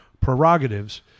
prerogatives